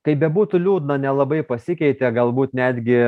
tai bebūtų liūdna nelabai pasikeitė gal netgi